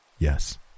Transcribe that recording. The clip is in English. Yes